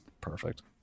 Perfect